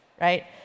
right